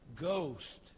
Ghost